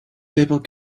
people